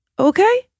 okay